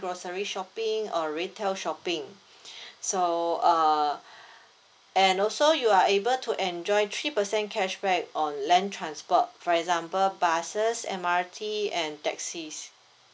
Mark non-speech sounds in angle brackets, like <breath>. grocery shopping or retail shopping <breath> so uh and also you are able to enjoy three percent cashback on land transport for example buses M_R_T and taxis